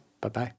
Bye-bye